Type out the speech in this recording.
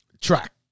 track